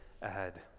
ahead